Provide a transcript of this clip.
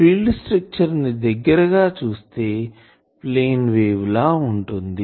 field structure ని దగ్గర గా చూస్తే ప్లేన్ వేవ్ లా ఉంటుంది